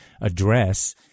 address